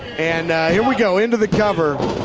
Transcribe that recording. and here we go, into the cover.